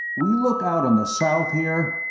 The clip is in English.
we look out on the south here?